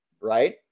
right